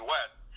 West